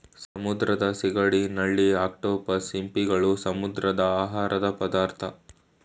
ಸಮುದ್ರದ ಸಿಗಡಿ, ನಳ್ಳಿ, ಅಕ್ಟೋಪಸ್, ಸಿಂಪಿಗಳು, ಸಮುದ್ರದ ಆಹಾರದ ಪದಾರ್ಥ